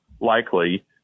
likely